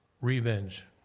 revenge